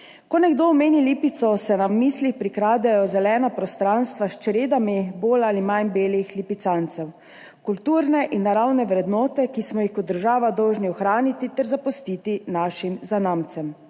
Ko nekdo omeni Lipico, se nam v mislih prikradejo zelena prostranstva s čredami bolj ali manj belih lipicancev, kulturne in naravne vrednote, ki smo jih kot država dolžni ohraniti ter zapustiti našim zanamcem.